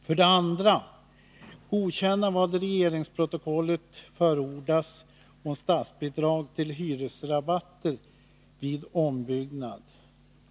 För det andra har regeringen föreslagit godkännande av vad i regeringsprotokollet förordats i fråga om statsbidrag till hyresrabatter vid ombyggnad.